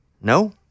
no